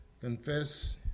confess